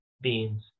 beans